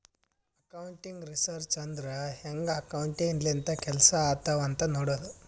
accounting research ಅಂದುರ್ ಹ್ಯಾಂಗ್ accounting ಲಿಂತ ಕೆಲ್ಸಾ ಆತ್ತಾವ್ ಅಂತ್ ನೋಡ್ತುದ್